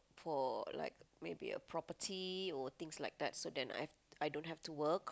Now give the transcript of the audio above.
for like maybe a property or things like that so then I I don't have to work